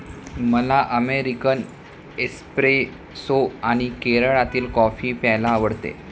मला American espresso आणि केरळातील कॉफी प्यायला आवडते